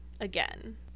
again